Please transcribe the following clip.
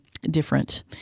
different